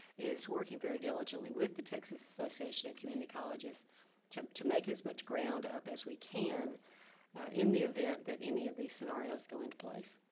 is working very diligently with the texas association of community colleges to to make as much ground up as we can in the event that any of these scenarios go into place.